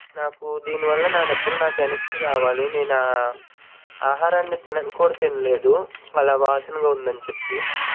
నాకు దీనివలన నా డబ్బులు నాకు వెనక్కి రావాలి నేను ఆహారాన్ని తినను కూడా తినలేదు అలా వాసనగా ఉందని చెప్పి